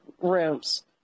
rooms